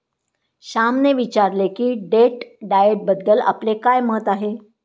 श्यामने विचारले की डेट डाएटबद्दल आपले काय मत आहे?